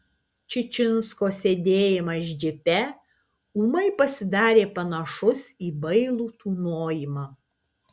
čičinsko sėdėjimas džipe ūmai pasidarė panašus į bailų tūnojimą